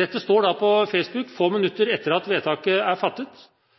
Dette står på Facebook få minutter etter at vedtaket er fattet.